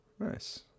Nice